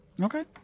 Okay